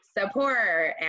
support